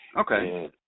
Okay